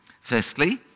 Firstly